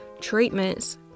treatments